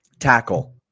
tackle